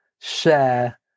share